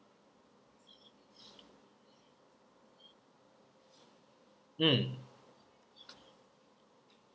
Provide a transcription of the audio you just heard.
mm